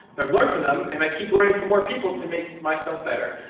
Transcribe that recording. i've learned from them, and i keep learning from more people to make myself better.